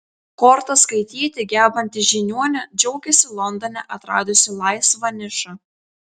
kortas skaityti gebanti žiniuonė džiaugiasi londone atradusi laisvą nišą